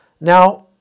Now